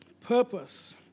Purpose